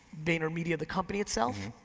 vaynermedia, the company itself?